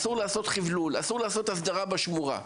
אסור לעשות חבלול, אסור לעשות הסדרה בשמורה.